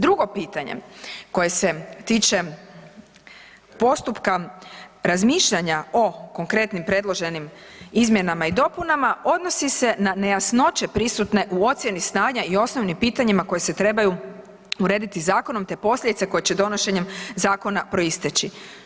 Drugo pitanje koje se tiče postupka razmišljanja o konkretnim predloženim izmjenama i dopunama odnosi se na nejasnoće prisutne u ocjeni stanja i osnovnim pitanjima koje se trebaju urediti zakonom, te posljedice koje će donošenjem zakona proisteći.